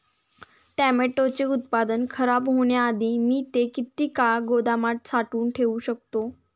टोमॅटोचे उत्पादन खराब होण्याआधी मी ते किती काळ गोदामात साठवून ठेऊ शकतो?